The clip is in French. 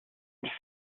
une